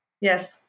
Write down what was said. yes